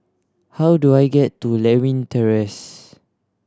how do I get to Lewin Terrace